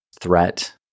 threat